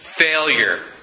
failure